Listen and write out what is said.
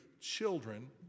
children